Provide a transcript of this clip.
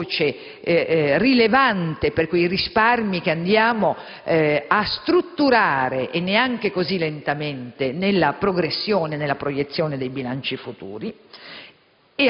voce rilevante per quei risparmi che andiamo a strutturare, e neanche così lentamente, nella progressione e nella proiezione dei bilanci futuri.